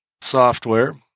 software